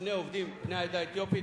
שני עובדים בני העדה האתיופית,